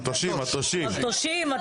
מטושים, מטושים.